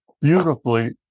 beautifully